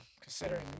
considering